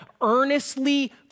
earnestly